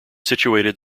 situated